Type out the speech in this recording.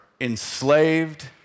enslaved